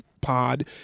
pod